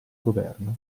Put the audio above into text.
governo